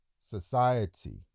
Society